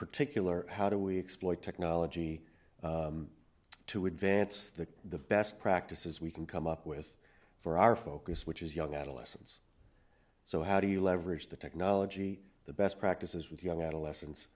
particular how do we exploit technology to advance the the best practices we can come up with for our focus which is young adolescents so how do you leverage the technology the best practices with young adolescents